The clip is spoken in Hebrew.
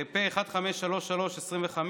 ופ/1533/25,